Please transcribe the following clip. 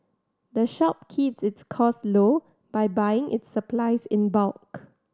the shop keeps its costs low by buying its supplies in bulk